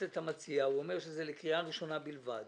אומר המציע חבר הכנסת מיקי זוהר שזה לקריאה ראשונה בלבד.